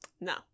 no